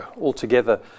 altogether